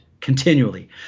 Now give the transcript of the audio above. continually